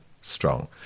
strong